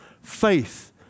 faith